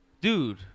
dude